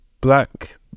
black